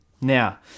Now